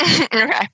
okay